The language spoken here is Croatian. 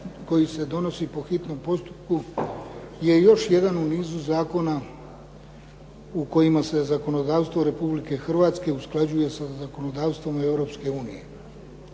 koji se donosi po hitnom postupku je još jedan u nizu zakona u kojima se zakonodavstvo Republike Hrvatske usklađuje sa zakonodavstvom Europske unije.